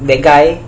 that guy